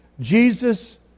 Jesus